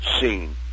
seen